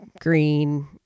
green